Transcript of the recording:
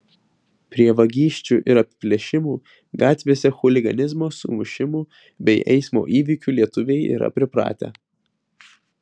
prie vagysčių ir apiplėšimų gatvėse chuliganizmo sumušimų bei eismo įvykių lietuviai yra pripratę